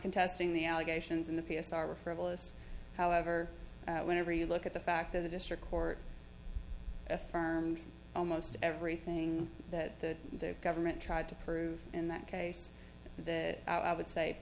contest in the allegations in the past are a frivolous however whenever you look at the fact that the district court affirmed almost everything that the government tried to prove in that case that i would say